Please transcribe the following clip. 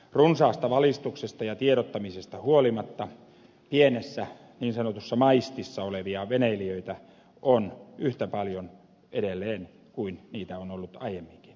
runsaasta valistuksesta ja tiedottamisesta huolimatta pienessä niin sanotussa maistissa olevia veneilijöitä on yhtä paljon edelleen kuin niitä on ollut aiemminkin